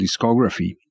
discography